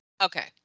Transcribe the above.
Okay